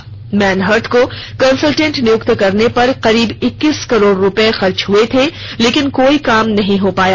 जानकारी हो कि मैनहर्ट को कंसल्टेट नियुक्त करने पर करीब इक्कीस करोड़ रूपये खर्च हुए थे लेकिन कोई काम नही हो पाया